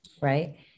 right